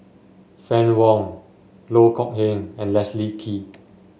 Fann Wong Loh Kok Heng and Leslie Kee